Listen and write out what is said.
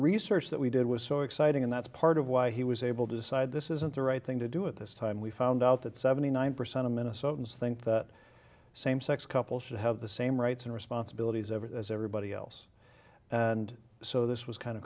research that we did was so exciting and that's part of why he was able to decide this isn't the right thing to do at this time we found out that seventy nine percent of minnesotans think that same sex couples should have the same rights and responsibilities over the as everybody else and so this was kind